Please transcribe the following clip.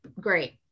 great